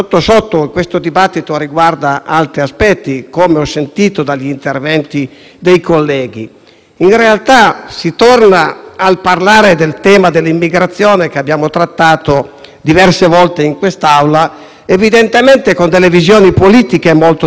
In realtà, si torna a parlare del tema dell'immigrazione, che abbiamo trattato diverse volte in quest'Aula, evidentemente con visioni politiche molto diverse, che corrispondono a visioni storiche, intellettuali e anche religiose in senso lato,